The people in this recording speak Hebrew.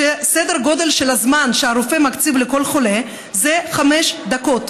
סדר הגודל של הזמן שהוא מקציב לכל חולה זה חמש דקות.